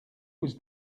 was